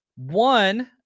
One